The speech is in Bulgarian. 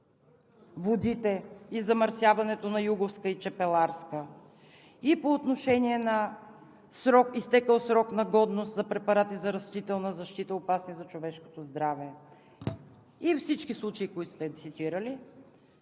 водите и замърсяването на Юговска и Чепеларска, и по отношение на изтекъл срок на годност за препарати за растителна защита – опасни за човешкото здраве, и всички случаи, които сте цитирали,